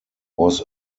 was